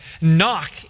Knock